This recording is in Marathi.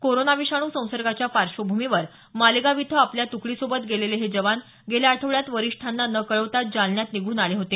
कोरोना विषाणू संसर्गाच्या पार्श्वभूमीवर मालेगाव इथं आपल्या तुकडीसोबत गेलेले हे जवान गेल्या आठवड्यात वरिष्ठांना न कळवताच जालन्यात निघून आले होते